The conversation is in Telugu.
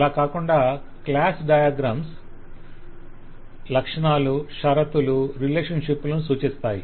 అలా కాకుండా క్లాస్ డయాగ్రమ్స్ class diagrams లక్షణాలు షరతులు రిలేషన్షిప్ లను సూచిస్తాయి